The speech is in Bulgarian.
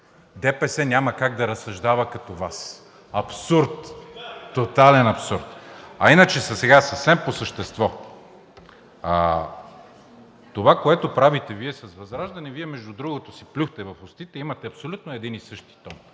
ДПС няма как да разсъждава като Вас, абсурд! Тотален абсурд. А сега съвсем по същество. Това, което правите с ВЪЗРАЖДАНЕ – Вие, между другото, си плюхте в устите, имате абсолютно един и същи тон.